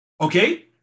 Okay